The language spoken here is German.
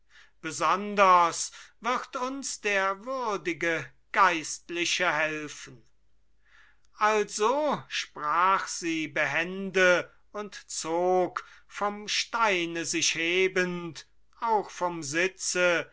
besonders wird uns der würdige geistliche helfen also sprach sie behende und zog vom steine sich hebend auch vom sitze